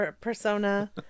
persona